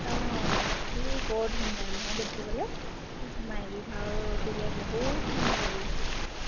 অঁ সি বৰ ধুনীয়া নহয় দেখিবলৈ তাক মাইকী ভাও দিলে বহুত ধুনীয়া লাগিব